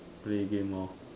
play game hor